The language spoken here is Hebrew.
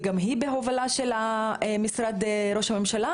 וגם היא בהובלה של משרד ראש הממשלה,